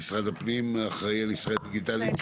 משרד הפנים אחראי על "ישראל דיגיטלית".